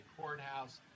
courthouse